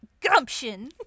gumption